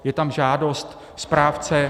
Je tam žádost správce.